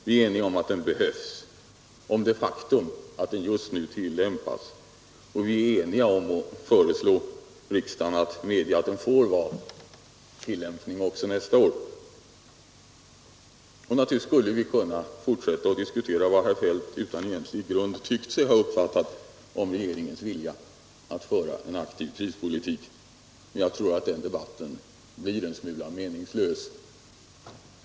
Vi är eniga om att den behövs, om det faktum att den just nu tillämpas och om att föreslå riksdagen att medge att den får tillämpas också nästa år. Naturligtvis skulle vi kunna fortsätta att diskutera vad herr Feldt utan egentlig grund tyckt sig ha uppfattat om regeringens vilja att föra en aktiv prispolitik, men jag tror att en sådan diskussion blir en smula meningslös.